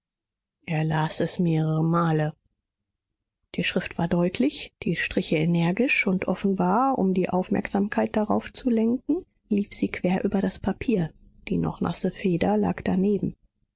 er las es mehrere male die schrift war deutlich die striche energisch und offenbar um die aufmerksamkeit darauf zu lenken lief sie quer über das papier die noch nasse feder lag daneben